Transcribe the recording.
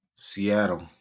Seattle